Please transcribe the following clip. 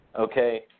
Okay